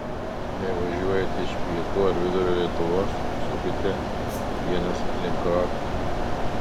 jei važiuojate iš pietų ar vidurio lietuvos sukite ienas link rokiškio